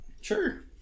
Sure